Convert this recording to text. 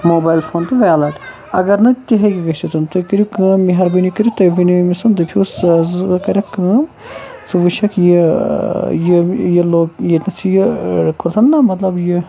mobile phone تہٕ wallet اگر نہٕ تہِ ہیٚکہِ گٔژھِتھ تُہۍ کٔرِو کٲم مہربٲنی کٔرِتھ تُہۍ ؤنِو أمِس دٔپہِ ہوٗس ٲں ژٕ کَریٚکھ کٲم ژٕ وُچھیٚکھ یہِ ٲں ییٚمۍ یہِ لوٚک ییٚتنَس ژےٚ یہِ ٲں کوٚرتھ نا مطلب یہِ